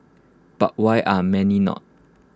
but why are many not